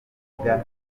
ivuga